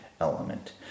element